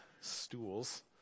stools